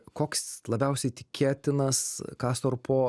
koks labiausiai tikėtinas kastorpo